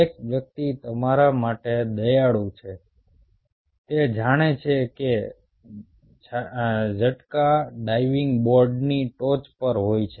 એક વ્યક્તિ તમારા માટે દયાળુ છે તે જાણે છે કે ઝટકા ડાઇવિંગ બોર્ડની ટોચ પર હોય છે